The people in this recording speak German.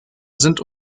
sind